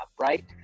Right